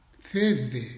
Thursday